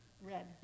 Red